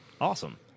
awesome